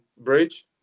Bridge